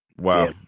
Wow